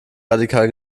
radikal